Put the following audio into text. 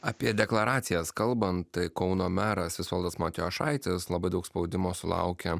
apie deklaracijas kalbant kauno meras visvaldas matijošaitis labai daug spaudimo sulaukia